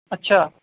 اچھا